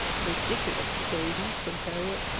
ridiculous babies! said harriet,